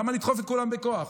למה לדחוף את כולם בכוח?